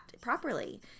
properly